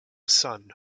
son